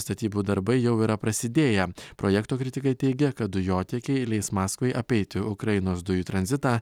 statybų darbai jau yra prasidėję projekto kritikai teigia kad dujotiekiai leis maskvai apeiti ukrainos dujų tranzitą